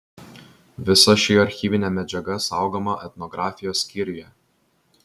visa ši archyvinė medžiaga saugoma etnografijos skyriuje